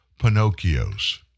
Pinocchios